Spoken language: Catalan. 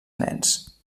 nens